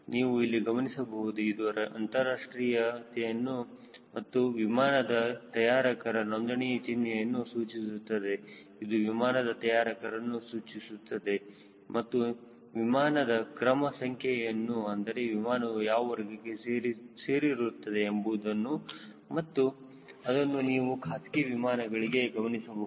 ನೀವು ಇಲ್ಲಿ ಗಮನಿಸಬಹುದು ಇದು ರಾಷ್ಟ್ರೀಯತೆಯನ್ನು ಮತ್ತು ವಿಮಾನದ ತಯಾರಕರ ನೊಂದಣಿಯ ಚಿಹ್ನೆಯನ್ನು ಸೂಚಿಸುತ್ತದೆಇದು ವಿಮಾನದ ತಯಾರಕರನ್ನು ಸೂಚಿಸುತ್ತದೆ ಮತ್ತು ವಿಮಾನದಕ್ರಮ ಸಂಖ್ಯೆಯನ್ನು ಅಂದರೆ ವಿಮಾನವು ಯಾವ ವರ್ಗಕ್ಕೆ ಸೇರಿರುತ್ತದೆ ಎಂಬುದನ್ನು ಮತ್ತು ಅದನ್ನು ನೀವು ಖಾಸಗಿ ವಿಮಾನಗಳಲ್ಲಿ ಗಮನಿಸಬಹುದು